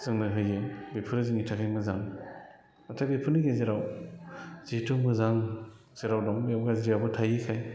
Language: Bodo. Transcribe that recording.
जोंनो होयो बेफोरो जोंनि थाखाय मोजां नाथाय बेफोरनि गेजेराव जिहेथु मोजां जेराव दं बेयाव गाज्रियाबो थायोखाय